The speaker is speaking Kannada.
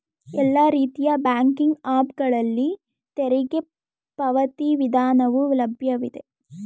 ಎಲ್ಲಾ ರೀತಿಯ ಬ್ಯಾಂಕಿಂಗ್ ಆಪ್ ಗಳಲ್ಲಿ ತೆರಿಗೆ ಪಾವತಿ ವಿಧಾನವು ಲಭ್ಯವಿದೆ